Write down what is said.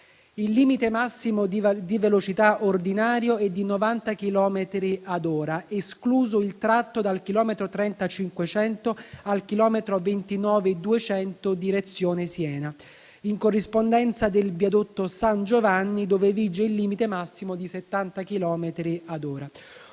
Il limite massimo di velocità ordinario è di 90 chilometri ad ora, escluso il tratto dal chilometro 30,500 al chilometro 29,200 direzione Siena, in corrispondenza del viadotto San Giovanni, dove vige il limite massimo di 70 chilometri ad ora.